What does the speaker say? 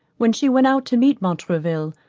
when she went out to meet montraville,